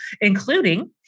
including